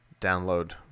download